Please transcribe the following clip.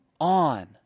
on